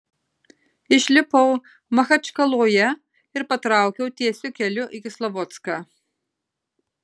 išlipau machačkaloje ir patraukiau tiesiu keliu į kislovodską